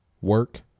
Work